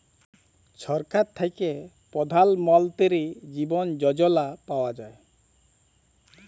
ছরকার থ্যাইকে পধাল মলতিরি জীবল যজলা পাউয়া যায়